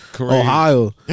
Ohio